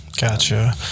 Gotcha